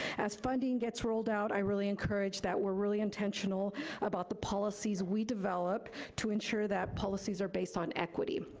as funding gets rolled out, i really encourage that we're really intentional about the policies we develop to ensure that policies are based on equity.